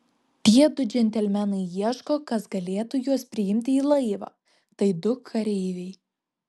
tie du džentelmenai ieško kas galėtų juos priimti į laivą tai du kareiviai